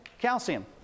calcium